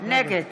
נגד